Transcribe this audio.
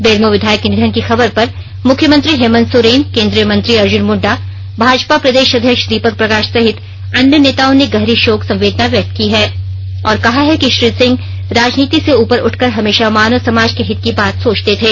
बेरमो विधायक के निधन की खबर पर मुख्यमंत्री हेमंत सोरेन केन्द्रीय मंत्री अर्ज्न मुंडा भाजपा प्रदेष अध्यक्ष दीपक प्रकाष सहित अन्य नेताओं ने गहरी शोक संवेदना व्यक्त की है और कहा है कि श्री सिंह राजनीति से उपर उठकर हमेषा मानव समाज के हित की बात सोचते थे